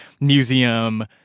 museum